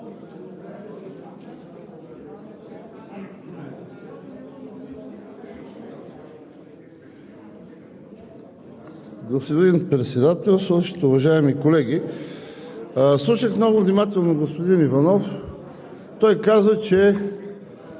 Господин Председателстващ, уважаеми колеги! Слушах много внимателно господин Иванов. Той каза, че